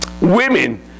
Women